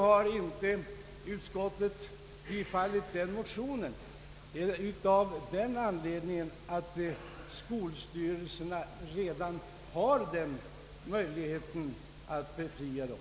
Utskottet har inte bifallit motionen av den andedningen att skolstyrelserna redan har möjlighet att befria dem.